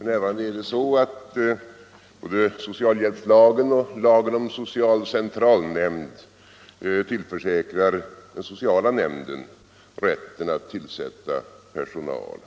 F.n. är det så att både socialhjälpslagen och lagen om social centralnämnd tillförsäkrar den sociala centralnämnden rätten att tillsätta personal.